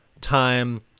time